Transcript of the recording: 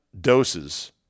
doses